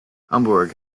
hamburg